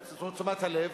תשומת הלב,